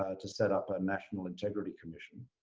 ah to set up a national integrity commission.